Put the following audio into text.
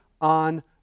on